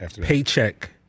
paycheck